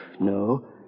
No